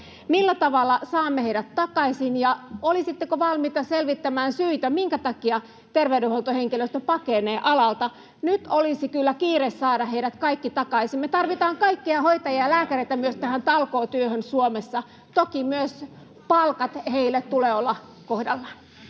millä tavalla saamme heidät takaisin? Olisitteko valmiita selvittämään syitä, minkä takia terveydenhuoltohenkilöstö pakenee alalta? Nyt olisi kyllä kiire saada heidät kaikki takaisin. Me tarvitaan kaikkia hoitajia, ja lääkäreitä myös, tähän talkootyöhön Suomessa. Toki myös palkat heille tulee olla kohdallaan.